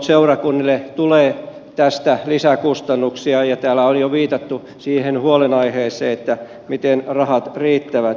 seurakunnille tulee tästä lisäkustannuksia ja täällä on jo viitattu siihen huolenaiheeseen että miten rahat riittävät